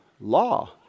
law